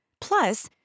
Plus